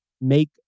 make